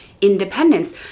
independence